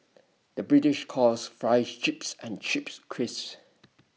the British calls Fries Chips and Chips Crisps